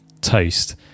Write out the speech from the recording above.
toast